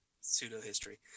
pseudo-history